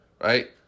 right